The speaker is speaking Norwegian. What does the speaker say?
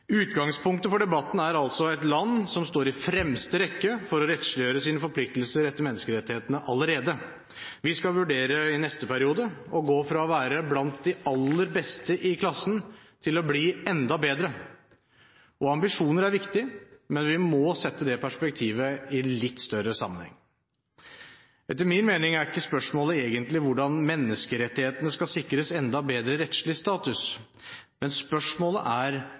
Utgangspunktet for debatten er altså et land som allerede står i fremste rekke for å rettsliggjøre sine forpliktelser etter menneskerettighetene. Vi skal i neste periode vurdere å gå fra å være blant de aller beste i klassen til å bli enda bedre. Ambisjoner er viktig, men vi må sette det perspektivet i en litt større sammenheng. Etter min mening er ikke spørsmålet egentlig hvordan menneskerettighetene skal sikres enda bedre rettslig status, men spørsmålet er: